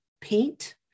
paint